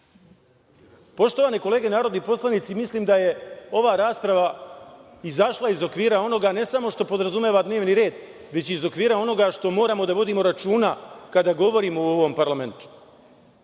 izabrali? Poštovane kolege, narodni poslanici, mislim da je ova rasprava izašla iz okvira onoga, ne samo ono što podrazumeva dnevni red, već iz okvira onoga što moramo da vodimo računa kada govorimo u ovom Parlamentu. Na